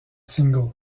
single